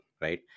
right